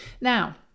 Now